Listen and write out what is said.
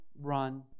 run